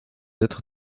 être